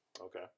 Okay